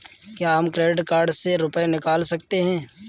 क्या हम credit card से रुपये निकाल सकते हैं?